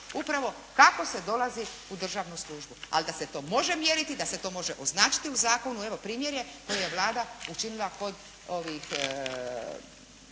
upravo kako se dolazi u državnu službu. Ali da se to može mjeriti, da se to može označiti u zakonu, evo primjer je koji je Vlada učinila kod ovih